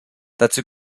dazu